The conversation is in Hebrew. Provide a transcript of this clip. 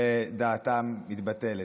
ודעתם מתבטלת.